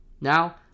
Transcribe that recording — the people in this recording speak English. now